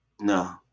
No